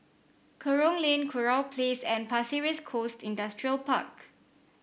Kerong Lane Kurau Place and Pasir Ris Coast Industrial Park